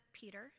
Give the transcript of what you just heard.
Peter